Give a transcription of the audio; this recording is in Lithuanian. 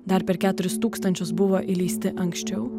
dar per keturis tūkstančius buvo įleisti anksčiau